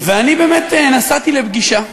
ואני באמת נסעתי לפגישה,